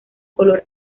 color